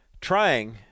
trying